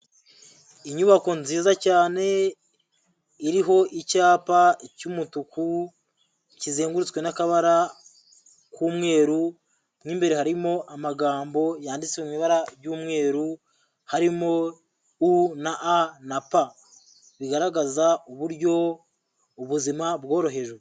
Inyubako nziza cyane iriho icyapa cy'umutuku, kizengurutswe n'akabara k'umweru, mo imbere harimo amagambo yanditse mu ibara ry'umweru, harimo u na a na pa. Bigaragaza uburyo ubuzima bworohejwe.